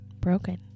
broken